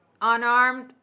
unarmed